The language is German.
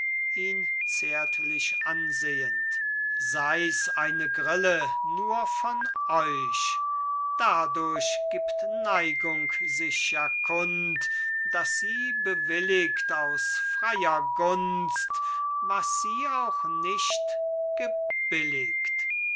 ihn zärtlich ansehend sei's eine grille nur von euch dadurch gibt neigung sich ja kund daß sie bewilligt aus freier gunst was sie auch nicht gebilligt